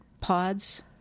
pods